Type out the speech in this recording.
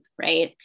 Right